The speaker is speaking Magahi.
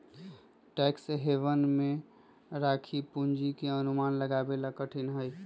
टैक्स हेवन में राखी पूंजी के अनुमान लगावे ला कठिन हई